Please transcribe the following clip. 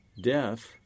death